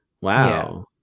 wow